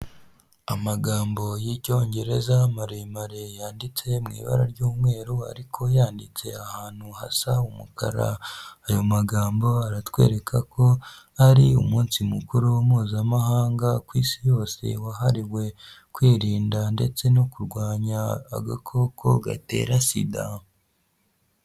Amagambo y'icyongereza maremare yanditse mu ibara ry'umweru ariko yanditse ahantu hasa umukara, ayo magambo aratwereka ko ari umunsi mukuru mpuzamahanga ku isi yose, wahariwe kwirinda ndetse no kurwanya agakoko gatera sida.